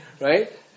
right